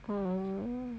orh